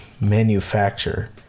manufacture